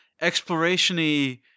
exploration-y